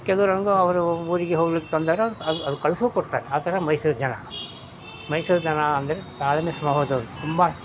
ಕೆಲವ್ರು ಹಂಗೋ ಅವರು ಊರಿಗೆ ಹೋಗ್ಲಿಕ್ಕೆ ತಂದಾಗ ಅದು ಅದು ಕಳಿಸೂ ಕೊಡ್ತಾರೆ ಆ ಥರ ಮೈಸೂರು ಜನ ಮೈಸೂರು ಜನ ಅಂದರೆ ತಾಳ್ಮೆ ಸ್ವಭಾವದವ್ರು ತುಂಬ